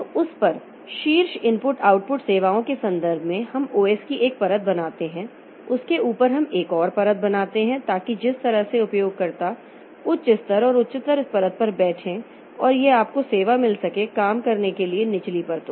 तो उस पर शीर्ष इनपुट आउटपुट सेवाओं के संदर्भ में हम ओएस की एक परत बनाते हैं उसके ऊपर हम एक और परत बनाते हैं ताकि जिस तरह से उपयोगकर्ता उच्च स्तर और उच्चतर परत पर बैठें और यह आपको सेवा मिल सके काम करने के लिए निचली परतों से